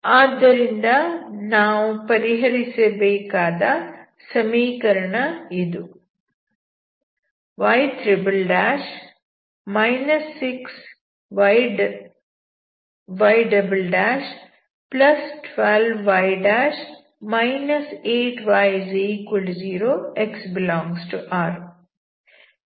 ಆದ್ದರಿಂದ ನಾವು ಪರಿಹರಿಸಬೇಕಾದ ಸಮೀಕರಣವಿದು y 6y12y 8y0 x∈R